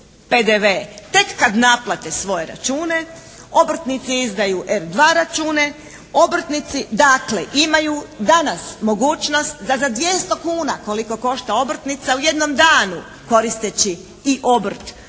tek kad naplate svoje račune, obrtnici izdaju F2 račune, obrtnici dakle imaju danas mogućnost da za 200 kuna koliko košta obrtnica u jednom danu koristeći i obrt